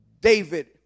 David